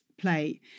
play